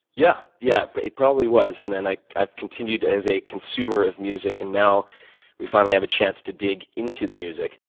yeah, yeah, but it probably was, and then i've i've continued as a consumer of music, and now we finally have a chance to dig into the music.